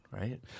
Right